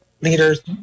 leaders